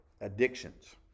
addictions